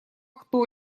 кто